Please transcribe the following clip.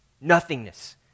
Nothingness